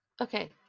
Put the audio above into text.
Okay